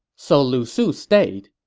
so lu su stayed,